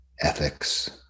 ethics